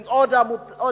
חברים,